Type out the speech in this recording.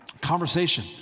conversation